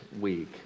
week